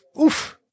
Oof